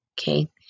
Okay